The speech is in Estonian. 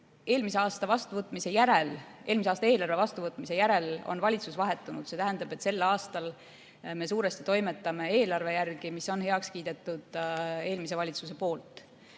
Eelmise aasta eelarve vastuvõtmise järel on valitsus vahetunud, aga sel aastal me suuresti toimetame eelarve järgi, mis on heaks kiidetud eelmise valitsuse poolt.